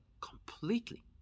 completely